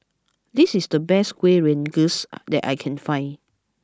this is the best Kuih Rengas that I can find